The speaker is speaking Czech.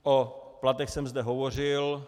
O platech jsem zde hovořil.